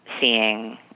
seeing